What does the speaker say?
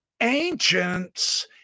ancients